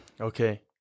Okay